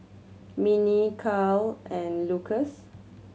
Minnie Carlyle and Lukas